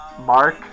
Mark